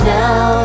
now